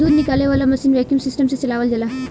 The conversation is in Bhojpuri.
दूध निकाले वाला मशीन वैक्यूम सिस्टम से चलावल जाला